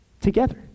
together